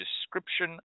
description